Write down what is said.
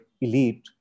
elite